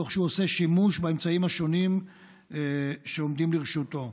תוך שהוא עושה שימוש באמצעים השונים שעומדים לרשותו.